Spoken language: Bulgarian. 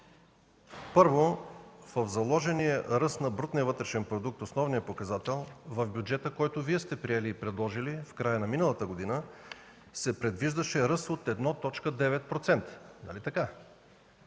Първо, в заложения ръст на брутния вътрешен продукт – основният показател в бюджета, който Вие сте приели и предложили в края на миналата година, се предвиждаше ръст от 1,9%. Нали така?